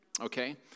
okay